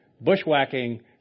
bushwhacking